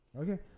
Okay